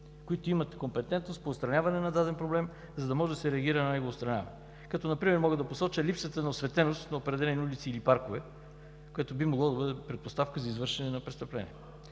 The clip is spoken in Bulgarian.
които имат компетентност по отстраняване на даден проблем, за да може да се реагира за неговото отстраняване. Като пример мога да посоча липсата на осветеност на определени улици или паркове, което би могло да бъде предпоставка за извършване на престъпление.